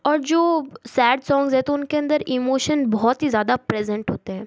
और जो sad songs है तो उनके अंदर इमोशन बहुत ही ज़्यादा प्रेजेंट होते हैं